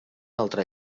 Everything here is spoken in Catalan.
altre